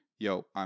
Yo